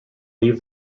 leave